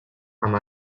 amb